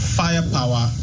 firepower